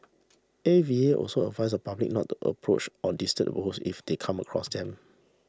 A V A also advised the public not to approach or disturb the boars if they come across them